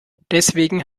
deswegen